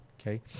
okay